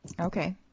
okay